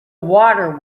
water